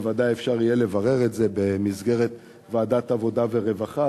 בוודאי אפשר יהיה לברר את זה במסגרת ועדת העבודה והרווחה.